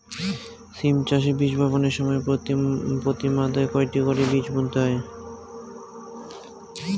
সিম চাষে বীজ বপনের সময় প্রতি মাদায় কয়টি করে বীজ বুনতে হয়?